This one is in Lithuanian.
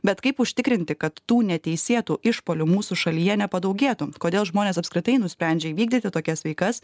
bet kaip užtikrinti kad tų neteisėtų išpuolių mūsų šalyje nepadaugėtų kodėl žmonės apskritai nusprendžia įvykdyti tokias veikas